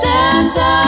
Santa